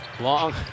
Long